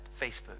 Facebook